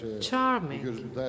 charming